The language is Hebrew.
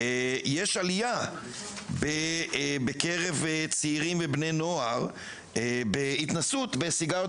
יש עליה בקרב צעירים ובני נוער בהתנסות בסיגריות